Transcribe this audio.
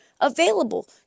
available